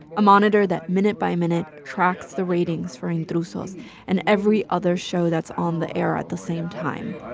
a monitor that minute by minute tracks the ratings for intrusos and every other show that's on the air at the same time.